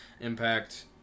impact